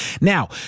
Now